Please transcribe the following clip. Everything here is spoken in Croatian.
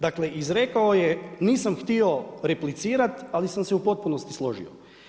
Dakle, izrekao je nisam htio replicirati, ali sam se u potpunosti složio.